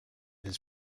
his